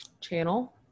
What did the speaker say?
channel